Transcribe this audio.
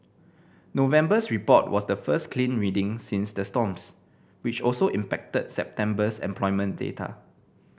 November's report was the first clean reading since the storms which also impacted September's employment data